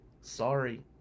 Sorry